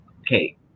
Okay